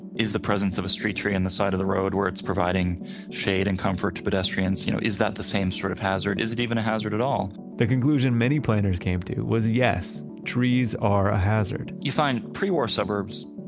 is the presence of a street tree on and the side of the road where it's providing shade and comfort to pedestrians. you know is that the same sort of hazard? is it even a hazard at all? the conclusion many planners came to was, yes, trees are a hazard you find pre-war suburbs.